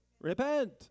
Repent